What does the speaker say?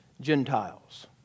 Gentiles